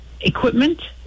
equipment